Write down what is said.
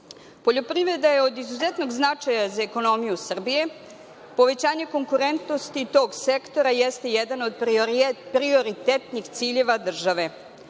kapaciteta. Poljoprivreda je od izuzetnog značaja za ekonomiju Srbije. Povećanje konkurentnosti tog sektora jeste jedan od prioritetnih ciljeva države.